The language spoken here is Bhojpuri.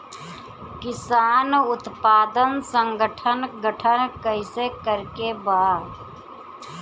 किसान उत्पादक संगठन गठन कैसे करके बा?